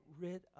rid